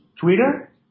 Twitter